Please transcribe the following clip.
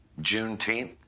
Juneteenth